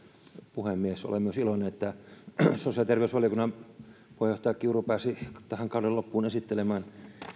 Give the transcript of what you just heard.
puhemies olen myös iloinen että sosiaali ja terveysvaliokunnan puheenjohtaja kiuru pääsi tähän kauden loppuun esittelemään